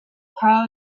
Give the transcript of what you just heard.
pro